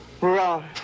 Wrong